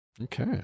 Okay